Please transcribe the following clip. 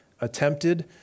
attempted